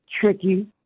Tricky